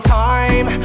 time